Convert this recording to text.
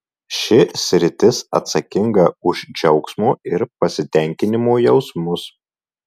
ši sritis atsakinga už džiaugsmo ir pasitenkinimo jausmus